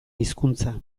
hizkuntza